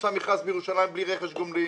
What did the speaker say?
פורסם בירושלים מכרז בלי רכש גומלין.